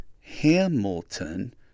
Hamilton